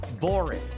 boring